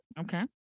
okay